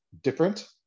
different